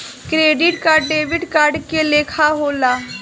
credit card debit card के लेखा होला